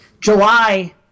July